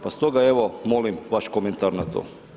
Pa stoga evo molim vaš komentar na to.